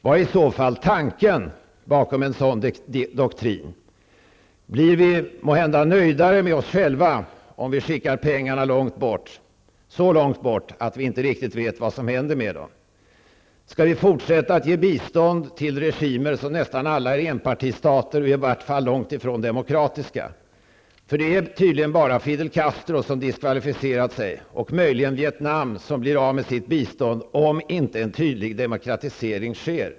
Vad är i så fall tanken bakom en sådan doktrin? Blir vi måhända nöjdare med oss själva om vi skickar pengarna så långt bort att vi inte riktigt vet vad som händer med dem? Skall vi fortsätta att ge bistånd till regimer som nästan alla är enpartistater eller i vart fall långt ifrån demokratiska? Det är tydligen bara Fidel Castro som har diskvalificerat sig. Vietnam blir möjligen av med sitt bistånd ''om inte en tydlig demokratisering sker''.